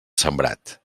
sembrat